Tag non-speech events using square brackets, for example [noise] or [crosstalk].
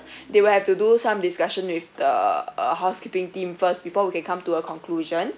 [breath] they will have to do some discussion with the uh housekeeping team first before we can come to a conclusion